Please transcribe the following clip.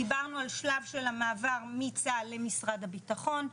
דיברנו על שלב של המעבר מצה"ל למשרד הביטחון,